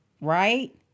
Right